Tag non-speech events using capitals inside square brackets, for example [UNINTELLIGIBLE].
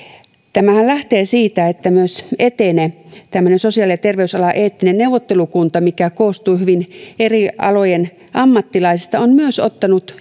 tämähän lähtee siitä että myös etene tämmöinen sosiaali ja terveysalan eettinen neuvottelukunta mikä koostuu hyvin [UNINTELLIGIBLE] eri alojen ammattilaisista on ottanut [UNINTELLIGIBLE]